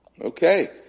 Okay